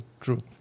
true